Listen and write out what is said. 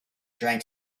drank